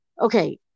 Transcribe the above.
Okay